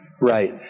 Right